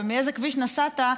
מאיזה כביש נסעת?